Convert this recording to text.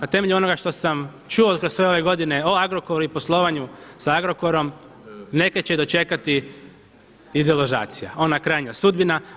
Na temelju onoga što sam čuo kroz sve ove godine o Agrokoru i poslovanju sa Agrokorom neke će dočekati i deložacija, ona krajnja sudbina.